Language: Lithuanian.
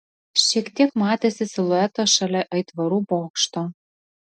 šiek tiek matėsi siluetas šalia aitvarų bokšto